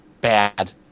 bad